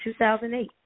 2008